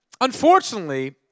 Unfortunately